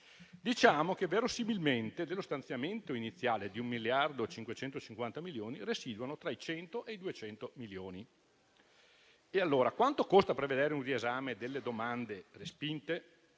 Diciamo che, verosimilmente, dello stanziamento iniziale di 1,55 miliardi residuano tra i 100 e i 200 milioni. Allora, quanto costa prevedere un riesame delle domande respinte?